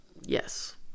yes